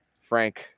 Frank